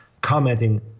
commenting